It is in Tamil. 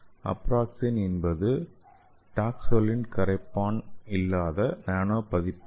அப்ராக்ஸேன் என்பது டாக்ஸோலின் கரைப்பான் இல்லாத நானோ பதிப்பாகும்